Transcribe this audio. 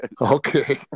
Okay